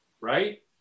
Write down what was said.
right